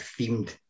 themed